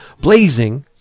blazing